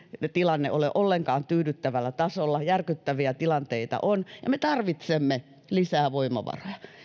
tilanne ole ollenkaan tyydyttävällä tasolla järkyttäviä tilanteita on ja me tarvitsemme lisää voimavaroja